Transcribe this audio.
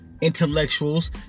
Intellectuals